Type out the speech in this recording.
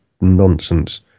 nonsense